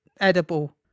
edible